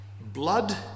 Blood